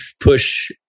push